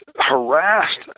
harassed